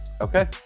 Okay